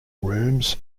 rooms